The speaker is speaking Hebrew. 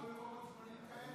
אתם תפתחו עוד מקומות כאלה?